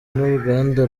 n’uruganda